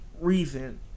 reason